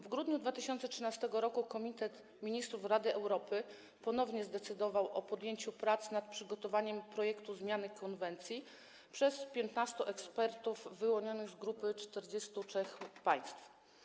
W grudniu 2013 r. Komitet Ministrów Rady Europy ponownie zdecydował o podjęciu prac nad przygotowaniem projektu zmiany konwencji przez 15 ekspertów wyłonionych z grupy 43 państw.